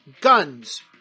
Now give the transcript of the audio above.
Guns